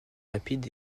rapides